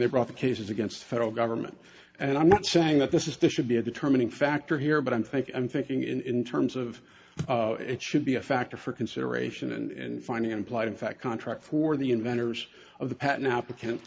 they brought the cases against federal government and i'm not saying that this is this should be a determining factor here but i think i'm thinking in terms of it should be a factor for consideration and finding implied in fact contract for the inventors of the patent applicant